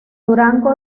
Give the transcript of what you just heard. durango